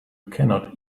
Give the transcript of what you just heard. cannot